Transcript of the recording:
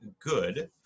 Good